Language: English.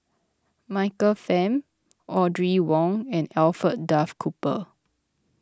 Michael Fam Audrey Wong and Alfred Duff Cooper